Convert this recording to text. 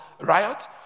riot